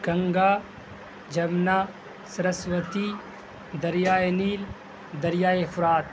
گنگا جمنا سرسوتی دریائے نیل دریائے فرات